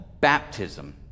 baptism